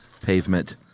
pavement